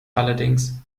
allerdings